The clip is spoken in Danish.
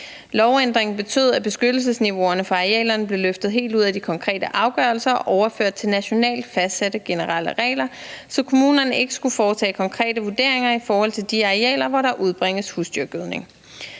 Lovændringen betød, at beskyttelsesniveauerne for arealerne blev løftet helt ud af de konkrete afgørelser og overført til nationalt fastsatte generelle regler, så kommunerne ikke skulle foretage konkrete vurderinger i forhold til de arealer, hvor der udbringes husdyrgødning.